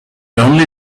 only